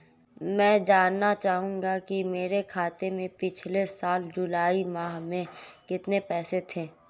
मैं जानना चाहूंगा कि मेरे खाते में पिछले साल जुलाई माह में कितने पैसे थे?